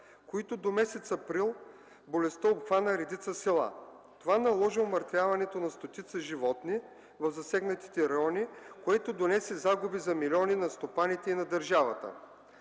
които до месец април болестта обхвана редица села. Това наложи умъртвяването на стотици животни в засегнатите райони, което донесе загуби за милиони на стопаните и на държавата.